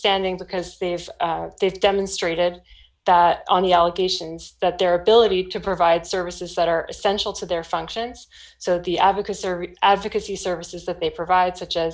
standing because they have th demonstrated that on the allegations that their ability to provide services that are essential to their functions so the advocacy advocacy services that they provide such as